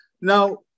Now